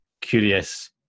curious